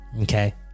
Okay